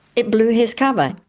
it blew his cover.